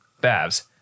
Babs